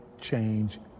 change